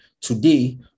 today